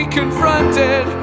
confronted